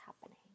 happening